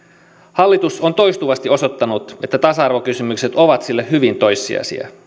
hallitus on toistuvasti osoittanut että tasa arvokysymykset ovat sille hyvin toissijaisia